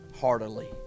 heartily